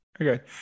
Okay